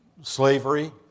slavery